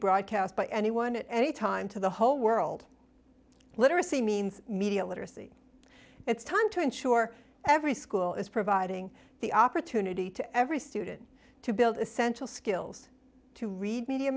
broadcast by anyone at any time to the whole world literacy means media literacy it's time to ensure every school is providing the opportunity to every student to build essential skills to